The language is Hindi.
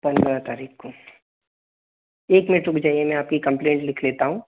पंद्रह तारीख़ को एक मिनट रुक जाइए मैं आपकी कंप्लेंट लिख लेता हूँ